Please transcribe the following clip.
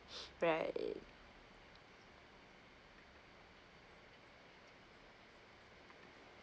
right